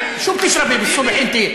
מה את שותה בבוקר?